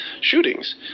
shootings